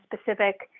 specific